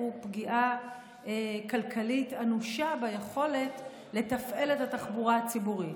הוא פגיעה כלכלית אנושה ביכולת לתפעל את התחבורה הציבורית,